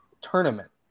tournament